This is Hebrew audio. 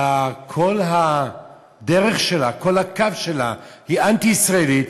שבכל הדרך שלה, בכל הקו שלה היא אנטי-ישראלית,